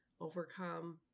overcome